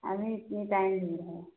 अभी इतनी टाइम भीड़ है